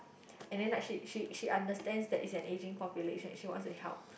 and then like she she she understands that is an aging population she wants to help